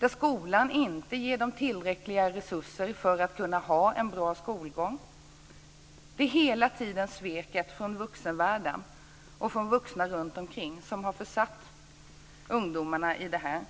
när skolan inte ger dem tillräckliga resurser för att kunna ha en bra skolgång. Det är hela tiden sveket från vuxenvärlden och från vuxna runtomkring som har försatt ungdomarna i det här.